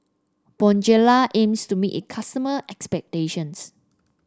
Bonjela aims to meet its customer expectations